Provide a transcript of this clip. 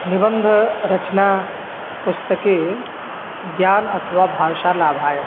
निबन्धरचना पुस्तके ज्ञानम् अथवा भाषालाभाय